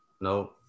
no